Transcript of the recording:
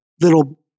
little